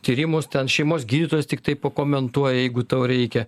tyrimus ten šeimos gydytojas tiktai pakomentuoja jeigu tau reikia